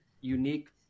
unique